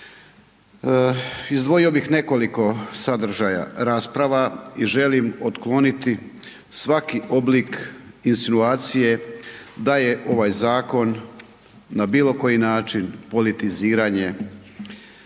Izdvojio bih nekoliko sadržaja rasprava i želim otkloniti svaki oblik insinuacije da je ovaj zakon na bilo koji način politiziranje.